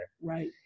Right